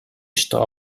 что